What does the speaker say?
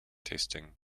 testing